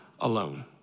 alone